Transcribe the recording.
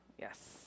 Yes